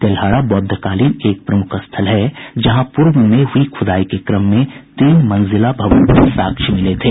तेल्हाड़ा बौद्धकालीन एक प्रमुख स्थल है जहां पूर्व में हुई खुदाई के क्रम में तीन मंजिला भवन के साक्ष्य मिले थे